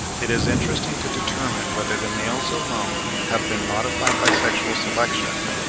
it is interesting to determine whether the males alone have been modified by sexual selection,